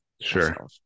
sure